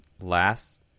last